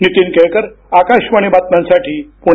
नीतीन केळकर आकाशवाणी बातम्यांसाठी पुणे